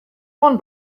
one